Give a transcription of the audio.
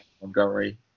Montgomery